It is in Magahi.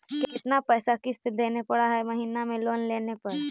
कितना पैसा किस्त देने पड़ है महीना में लोन लेने पर?